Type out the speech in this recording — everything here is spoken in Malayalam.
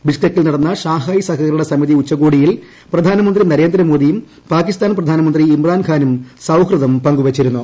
ബിഷ്കെക്കിൽ നടന്ന ഷാങ്ഹായ് സഹകരണ സമിതി ഉച്ചകോടിയിൽ പ്രധാനമന്ത്രി നരേന്ദ്രമോദിയും പാകിസ്ഥാൻ പ്രധാനമന്ത്രി ഇമ്രാൻഖാനും സൌഹൃദം പങ്കു വച്ചിരുന്നു